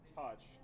touch